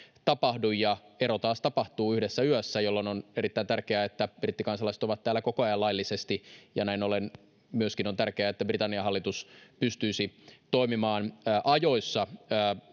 tapahdu ja ero taas tapahtuu yhdessä yössä jolloin on erittäin tärkeää että brittikansalaiset ovat täällä koko ajan laillisesti näin ollen myöskin on tärkeää että britannian hallitus pystyisi toimimaan ajoissa